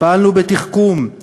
פעלנו בתחכום,